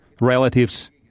relatives